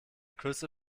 küsse